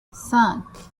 cinq